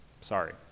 sorry